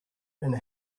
and